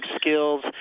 skills